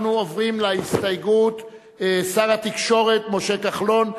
אנחנו עוברים להסתייגות השר משה כחלון,